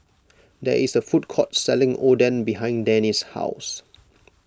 there is a food court selling Oden behind Denny's house